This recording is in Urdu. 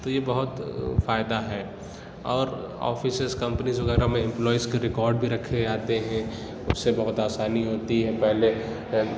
تو یہ بہت فائدہ ہے اور آفسز کمپنیز وغیرہ میں امپلائز کے ریکاڈ بھی رکھے جاتے ہیں اُس سے بہت آسانی ہوتی ہے پہلے